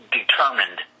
determined